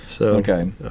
Okay